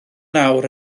nawr